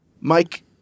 Mike